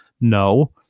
No